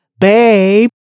Babe